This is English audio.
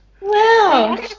Wow